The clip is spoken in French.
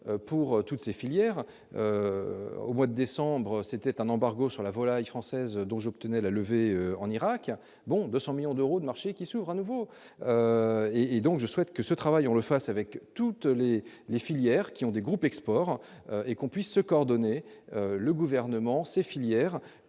pour toutes ces filières au mois de décembre, c'était un embargo sur la volaille française donc j'obtenais la levée en Irak, dont 200 millions d'euros de marchés qui s'ouvrent à nouveau et donc je souhaite que ce travail, on le fasse avec toutes les les filières qui ont des groupes export et qu'on puisse se coordonner le gouvernement ces filières